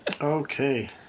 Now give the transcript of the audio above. Okay